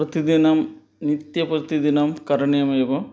प्रतिदिनं नित्यं प्रतिदिनं करणीयः एव